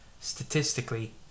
statistically